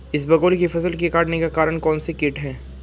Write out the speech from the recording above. इसबगोल की फसल के कटने का कारण कौनसा कीट है?